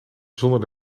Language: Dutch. zonder